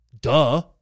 duh